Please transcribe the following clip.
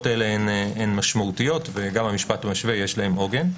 האלה הן משמעותיות וגם במשפט המשווה יש להן עוגן.